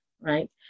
right